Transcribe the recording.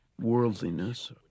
worldliness